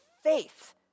faith